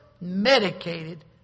medicated